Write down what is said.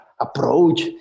Approach